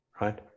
right